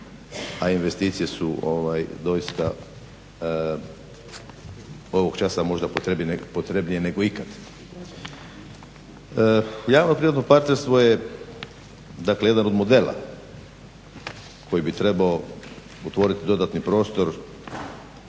a investicije su doista ovog časa možda potrebnije nego ikad. Javno-privatno partnerstvo je dakle jedan od modela koji bi trebao otvoriti dodatni prostor